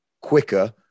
quicker